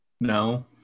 No